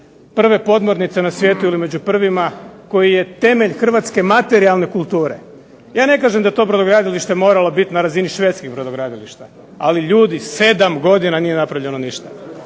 prve podmornice na svijetu ili među prvima koji je temelj hrvatske materijalne kulture. Ja ne kažem da to brodogradilište moralo biti na razini švedskih brodogradilišta, ali ljudi 7 godina nije napravljeno ništa.